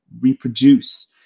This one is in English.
reproduce